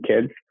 kids